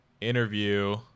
interview